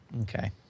okay